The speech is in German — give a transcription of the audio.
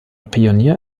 pionier